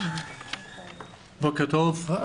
בוקר טוב.